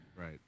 Right